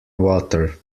water